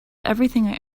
everything